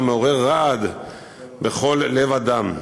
המעורר רעד בכל לב אדם,